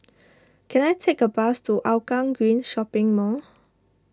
can I take a bus to Hougang Green Shopping Mall